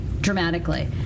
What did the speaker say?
dramatically